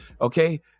okay